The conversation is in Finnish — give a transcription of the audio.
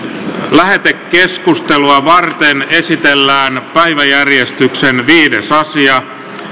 lähetekeskustelua varten esitellään päiväjärjestyksen viides asia